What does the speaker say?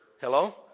Hello